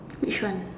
which one